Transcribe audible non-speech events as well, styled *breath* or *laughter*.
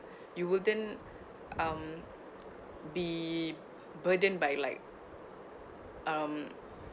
*breath* you wouldn't um be burdened by like um